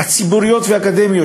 הציבוריות והאקדמיות,